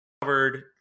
Covered